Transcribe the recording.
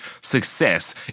success